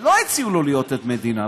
לא הציעו לו להיות עד מדינה,